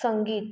संगीत